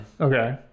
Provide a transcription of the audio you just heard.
okay